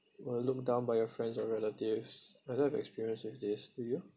were looked down by your friends or relatives I don't have experience with this do you